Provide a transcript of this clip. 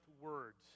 words